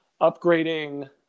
Upgrading